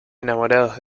enamorados